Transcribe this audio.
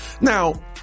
Now